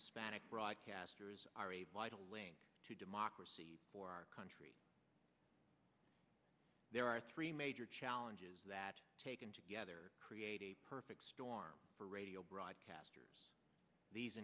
hispanic broadcasters are a vital link to democracy for our country there are three major challenges that taken together create a perfect storm for radio broadcasters these